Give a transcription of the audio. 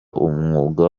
umwuga